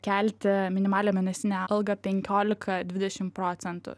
kelti minimalią mėnesinę algą penkiolika dvidešim procentų